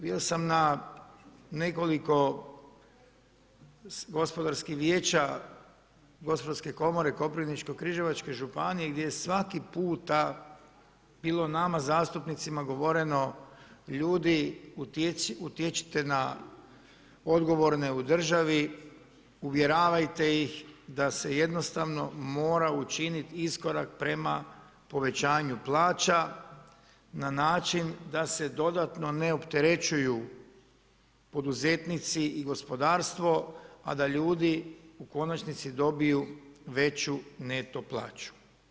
Bio sam na nekoliko gospodarskih vijeća, Gospodarske komore Koprivničko-križevačke županije gdje je svaki puta bilo nama zastupnicima govoreno, ljudi utječite na odgovorne u državi, uvjeravajte ih da se jednostavno mora učiniti iskorak prema povećanju plaća na način da se dodatno ne opterećuju poduzetnici i gospodarstvo a da ljudi u konačnici dobiju veću neto plaću.